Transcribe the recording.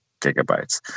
gigabytes